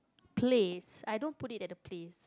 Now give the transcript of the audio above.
please I don't put it at the place